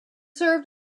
served